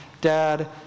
Dad